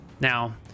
Now